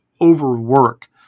overwork